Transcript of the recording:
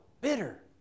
bitter